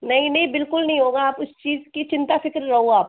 नहीं नहीं बिल्कुल नहीं होगा आप उस चीज़ की चिंता फ़िक्र रहो आप